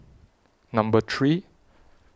Number three